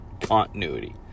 continuity